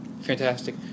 fantastic